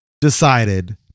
decided